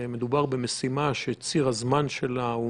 משימה שציר הזמן שלה הוא